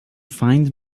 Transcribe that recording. find